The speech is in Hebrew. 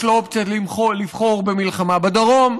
יש לו אופציה לבחור במלחמה בדרום,